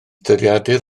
dyddiadur